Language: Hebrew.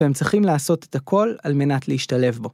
והם צריכים לעשות את הכל על מנת להשתלב בו.